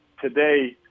today